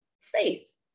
faith